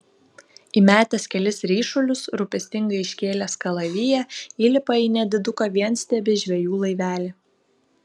įmetęs kelis ryšulius rūpestingai iškėlęs kalaviją įlipa į nediduką vienstiebį žvejų laivelį